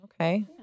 Okay